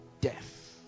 death